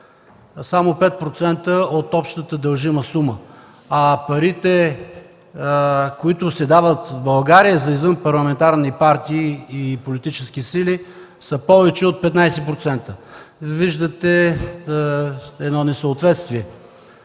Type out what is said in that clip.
само 5% от общата дължима сума, а парите, които се дават в България за извънпарламентарни партии и политически сили, са повече от 15%. Виждате едно несъответствие.